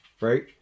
Right